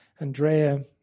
Andrea